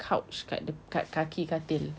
couch kat kat kaki katil